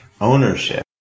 ownership